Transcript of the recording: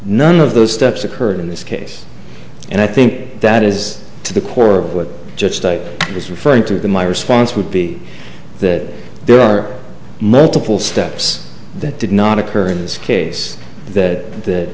none of those steps occurred in this case and i think that is to the core of what he was referring to the my response would be that there are multiple steps that did not occur in this case that that